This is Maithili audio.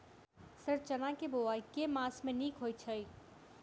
सर चना केँ बोवाई केँ मास मे नीक होइ छैय?